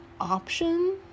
option